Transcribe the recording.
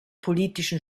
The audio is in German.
politischen